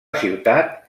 ciutat